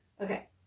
Okay